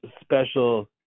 special